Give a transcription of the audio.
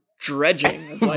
dredging